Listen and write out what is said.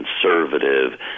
conservative